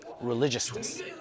religiousness